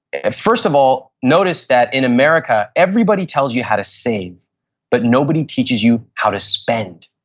ah first of all, notice that in america everybody tells you how to save but nobody teaches you how to spend.